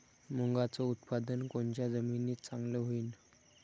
मुंगाचं उत्पादन कोनच्या जमीनीत चांगलं होईन?